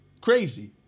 Crazy